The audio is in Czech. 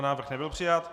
Návrh nebyl přijat.